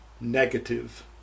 negative